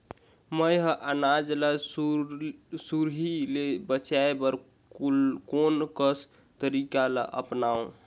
मैं ह अनाज ला सुरही से बचाये बर कोन कस तरीका ला अपनाव?